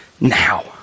now